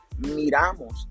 miramos